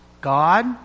God